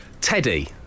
Teddy